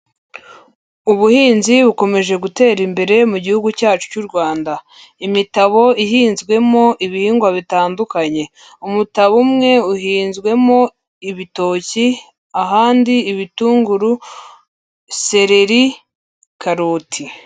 Ubuhinzi bukomeje gutera imbere mu gihugu cyacu cy'u Rwanda. Imitabo ihinzwemo ibihingwa bitandukanye, umutaba umwe uhinzwemo ibitoki ahandi ibitunguru, sereri, karoti.